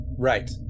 Right